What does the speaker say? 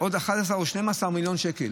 עוד 11 או 12 מיליון שקל,